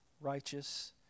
righteous